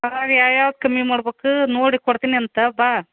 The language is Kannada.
ಹಾಂ ಯಾವ ಯಾವ್ದು ಕಮ್ಮಿ ಮಾಡ್ಬೇಕು ನೋಡಿ ಕೊಡ್ತೀನಿ ಅಂತೆ ಬಾ